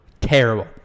Terrible